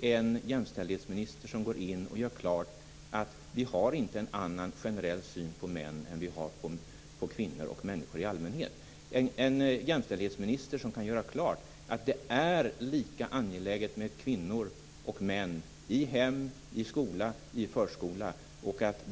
en jämställdhetsminister som går in och gör klart att vi inte har en annan generell syn på män än vi har på kvinnor och människor i allmänhet. Det saknas en jämställdhetsminister som kan göra klart att det är lika angeläget med kvinnor och män i hem, skola och förskola.